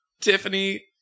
Tiffany